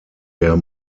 der